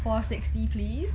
four sixty please